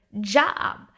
job